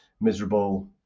miserable